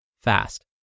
fast